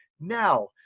now